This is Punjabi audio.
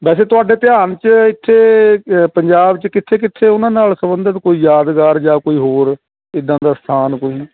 ਵੈਸੇ ਤੁਹਾਡੇ ਧਿਆਨ 'ਚ ਇੱਥੇ ਪੰਜਾਬ 'ਚ ਕਿੱਥੇ ਕਿੱਥੇ ਉਹਨਾਂ ਨਾਲ਼ ਸੰਬੰਧਿਤ ਕੋਈ ਯਾਦਗਾਰ ਜਾਂ ਕੋਈ ਹੋਰ ਇੱਦਾਂ ਦਾ ਸਥਾਨ ਕੋਈ